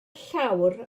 llawr